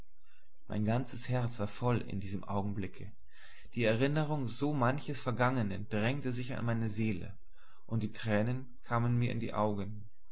mein ganzes herz war voll in diesem augenblicke die erinnerung so manches vergangenen drängte sich an meine seele und die tränen kamen mir in die augen